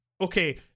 okay